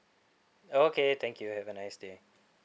okay thank you have a nice day